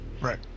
Right